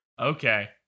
Okay